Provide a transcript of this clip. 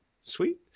Sweet